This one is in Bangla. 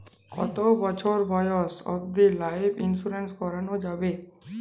কতো বছর বয়স অব্দি লাইফ ইন্সুরেন্স করানো যাবে?